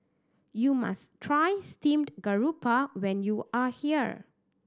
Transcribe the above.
you must try steamed garoupa when you are here